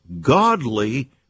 godly